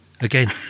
again